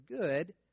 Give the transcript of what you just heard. good